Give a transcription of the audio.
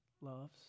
loves